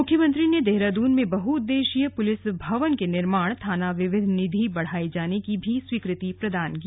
मुख्यमंत्री ने देहरादून में बहुउद्देशीय पुलिस भवन के निर्माण थाना विविध निधि बढ़ाये जाने की भी स्वीकृति प्रदान की